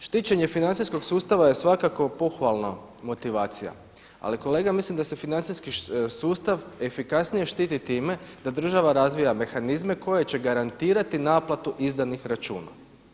Štićenje financijskog sustava je svakako pohvalna motivacija, ali kolega mislim da se financijski sustav efikasnije štiti time da država razvija mehanizme koje će garantirati naplatu izdanih računa.